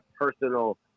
personal